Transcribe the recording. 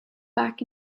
back